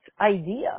idea